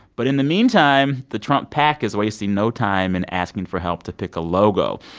but in the meantime, the trump pac is wasting no time in asking for help to pick a logo.